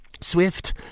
Swift